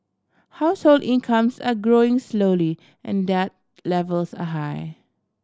household incomes are growing slowly and debt levels are high